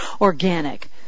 organic